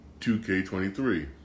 2K23